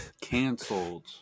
cancelled